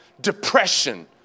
depression